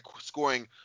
scoring